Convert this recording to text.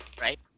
right